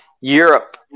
Europe